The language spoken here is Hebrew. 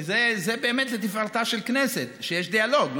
כי זה באמת לתפארתה של הכנסת שיש דיאלוג,